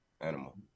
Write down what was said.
Animal